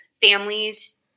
families